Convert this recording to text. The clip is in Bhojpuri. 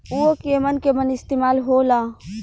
उव केमन केमन इस्तेमाल हो ला?